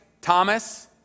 Thomas